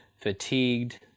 fatigued